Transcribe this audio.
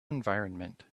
environment